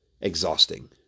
exhausting